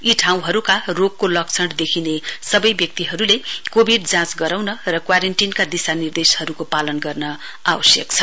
यी ठाउँहरुका रोगको लक्षण देखिने सवै व्यक्तिहरुले कोविड जाँच गराउन र क्वारेन्टीनका दिशानिर्देशहरुको पालन गर्न आवश्यक छ